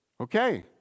Okay